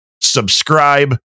subscribe